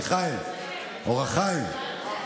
מיכאל, אור החיים.